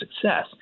success